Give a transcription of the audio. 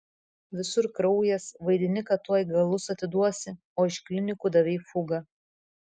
visur kraujas vaidini kad tuoj galus atiduosi o iš klinikų davei fugą